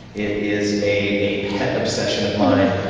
it is a a pet obsession of mine.